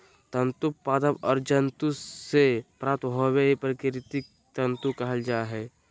तंतु पादप और जंतु से प्राप्त होबो हइ प्राकृतिक तंतु कहल जा हइ